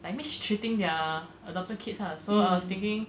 like mistreating their adopted kids lah so I was thinking